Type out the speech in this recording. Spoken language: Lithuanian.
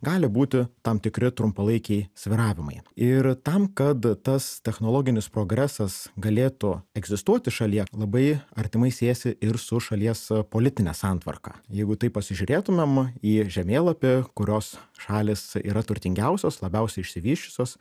gali būti tam tikri trumpalaikiai svyravimai ir tam kad tas technologinis progresas galėtų egzistuoti šalyje labai artimai siejasi ir su šalies politine santvarka jeigu taip pasižiūrėtumėm į žemėlapį kurios šalys yra turtingiausios labiausiai išsivysčiusios